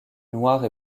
noirs